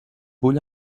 vull